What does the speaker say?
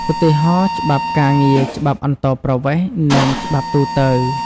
ឧទាហរណ៍ ច្បាប់ការងារ ច្បាប់អន្តោប្រវេសន៍ និងច្បាប់ទូទៅ។